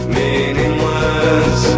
meaningless